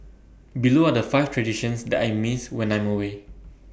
below are the five traditions that I miss when I'm away